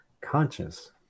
conscious